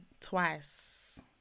twice